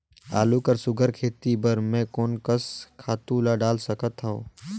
आलू कर सुघ्घर खेती बर मैं कोन कस खातु ला डाल सकत हाव?